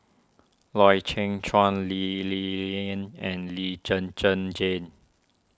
Loy Chye Chuan Lee Ling Yen and Lee Zhen Zhen Jane